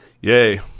Yay